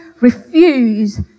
refuse